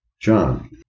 John